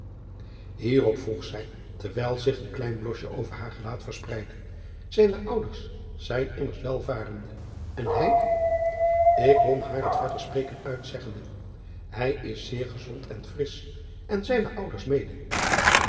ierop vroeg zij terwijl zich een klein blosje over haar gelaat verspreidde ijne ouders zijn immers welvarende en hij k won haar het verder spreken uit zeggende ij is zeer gezond en frisch en zijne ouders mede